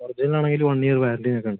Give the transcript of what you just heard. original ആണെങ്കിൽ one year warranty ഒക്കെയുണ്ട്